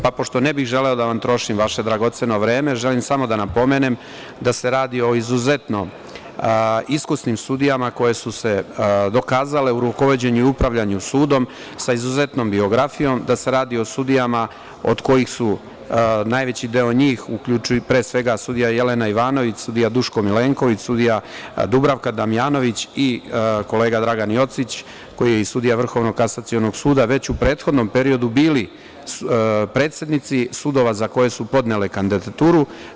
Pošto ne bih želeo da vam trošim vaše dragoceno vreme, želim samo da napomenem, da se radi o izuzetno iskusnim sudijama koje su se dokazale u rukovođenju i upravljanju sudom, sa izuzetnom biografijom, da se radi o sudijama od kojih su najveći deo njih, pre svega, sudija Jelena Ivanović, sudija Duško Milenković, sudija, Dubravka Damjanović i kolega Dragan Jocić, koji je i sudija Vrhovnog kasacionog suda, već u prethodnom periodu bili predsednici sudova za koje su podneli kandidaturu.